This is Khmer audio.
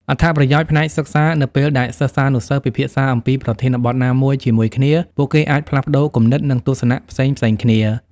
អត្ថប្រយោជន៍ផ្នែកសិក្សានៅពេលដែលសិស្សានុសិស្សពិភាក្សាអំពីប្រធានបទណាមួយជាមួយគ្នា ពួកគេអាចផ្លាស់ប្តូរគំនិត និងទស្សនៈផ្សេងៗគ្នា។